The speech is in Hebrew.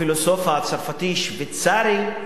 הפילוסוף הצרפתי-שוויצרי,